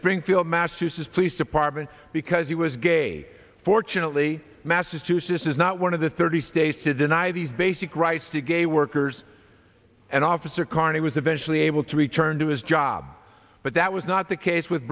springfield massachusetts police department because he was gay fortunately massachusetts is not one of the thirty states to deny these basic rights to gay workers and officer carney was eventually able to return to his job but that was not the case with